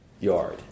yard